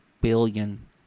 billion